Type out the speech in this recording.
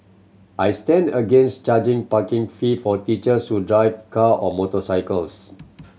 i stand against charging parking fee for teachers who drive car or motorcycles